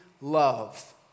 love